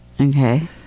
Okay